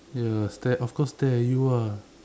ya stare of course stare at you ah